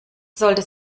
sollte